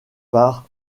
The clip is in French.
par